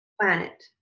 Planet